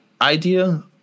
idea